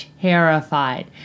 terrified